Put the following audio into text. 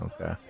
Okay